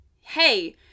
hey